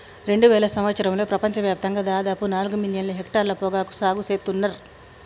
రెండువేల సంవత్సరంలో ప్రపంచ వ్యాప్తంగా దాదాపు నాలుగు మిలియన్ల హెక్టర్ల పొగాకు సాగు సేత్తున్నర్